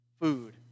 food